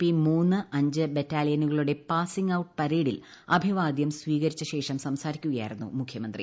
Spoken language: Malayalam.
പി മൂന്ന് അഞ്ച് ബറ്റാലിയനുകളുടെ പാസിംഗ് ഔട്ട് പരേഡിൽ അഭിവാദ്യങ്ങൾ സ്വീകരിച്ചശേഷം സംസാരിക്കുകയായിരുന്നു മുഖ്യമന്ത്രി